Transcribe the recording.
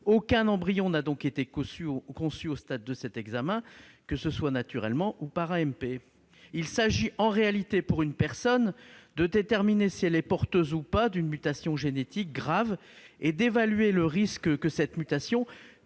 Aucun embryon n'a donc été conçu au stade de cet examen, que ce soit naturellement ou par AMP. Il s'agit en réalité pour une personne de déterminer si elle est porteuse ou non d'une mutation génétique grave et d'évaluer le risque que cette mutation